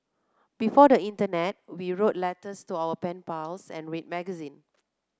before the internet we wrote letters to our pen pals and read magazine